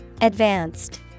Advanced